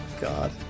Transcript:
God